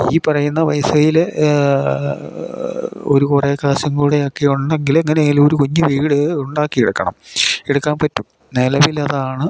ഈ പറയുന്ന പൈസയിൽ ഒര് കൊറേ കാശും കൂടെയൊക്കെ ഉണ്ടെങ്കിൽ എങ്ങനെ എങ്കിലും ഒരു കുഞ്ഞ് വീട് ഉണ്ടാക്കി വയ്ക്കണം എടുക്കാൻ പറ്റും നിലവിൽ അതാണ്